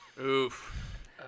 Oof